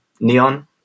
Neon